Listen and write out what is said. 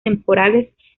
temporales